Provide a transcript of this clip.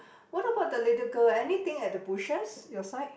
what about the little girl anything at the bushes your side